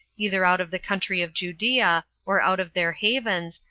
either out of the country of judea, or out of their havens,